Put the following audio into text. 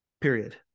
period